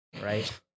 right